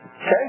okay